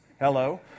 Hello